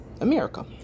America